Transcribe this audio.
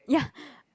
ya